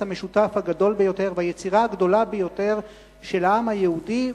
המשותף הגדול ביותר והיצירה הגדולה ביותר של העם היהודי,